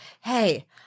hey